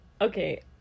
okay